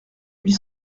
huit